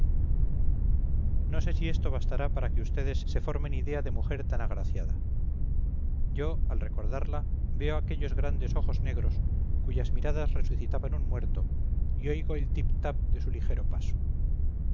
no sé si esto bastará para que vds se formen idea de mujer tan agraciada yo al recordarla veo yo aquellos grandes ojos negros cuyas miradas resucitaban un muerto y oigo el tip tap de su ligero paso